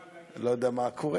אני לא יודע מה קורה.